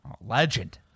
Legend